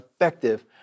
effective